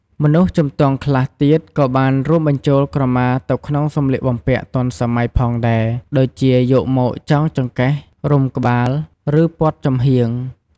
មនុស្សជំទង់ខ្លះទៀតក៏បានរួមបញ្ចូលក្រមាទៅក្នុងសម្លៀកបំពាក់ទាន់សម័យផងដែរ ដូចជា យកមកចងចង្កេះ រុំក្បាល ឬ ព័ទ្ធចំហៀង។